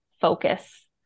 focus